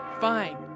Fine